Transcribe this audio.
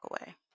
away